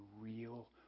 real